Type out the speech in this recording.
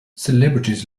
celebrities